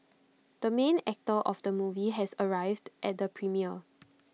the main actor of the movie has arrived at the premiere